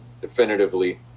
definitively